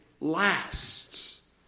lasts